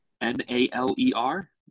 N-A-L-E-R